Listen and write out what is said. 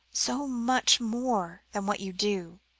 so much more than what you do.